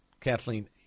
Kathleen